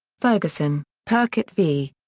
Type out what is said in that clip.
ferguson purkett v.